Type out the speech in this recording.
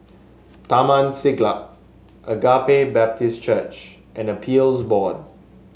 Taman Siglap Agape Baptist Church and Appeals Board